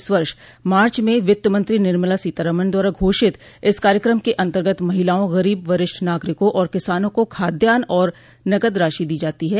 इस वर्ष मार्च में वित्तमंत्री निर्मला सीतारमन द्वारा घोषित इस कार्यक्रम के अंतर्गत महिलाओं गरीब वरिष्ठ नागरिकों और किसानों को खाद्यान्न और नकद राशि दो जाती है